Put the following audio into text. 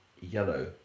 yellow